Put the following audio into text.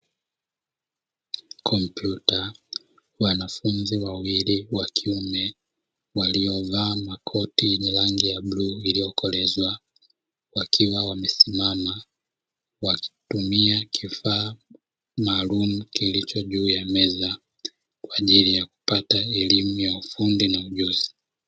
Kompyuta, wanafunzi wawili wa kiume waliovaa makoti yenye rangi ya bluu iliyokolezwa wakiwa wamesimama, wakitumia kifaa maalumu kilicho juu ya meza, kwa ajili ya kupata elimu ya ufundi na ujuzi.